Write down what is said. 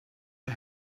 you